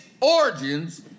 origins